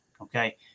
okay